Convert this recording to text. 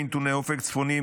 לפי נתוני אופק צפוני,